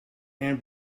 and